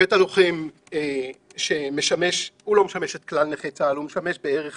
בית הלוחם לא משמש את כלל נכי צה"ל, הוא משמש בערך